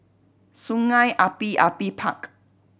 Sungei Api Api Park